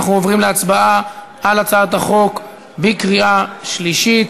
אנחנו עוברים להצבעה על הצעת החוק בקריאה שלישית.